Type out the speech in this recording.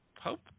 hope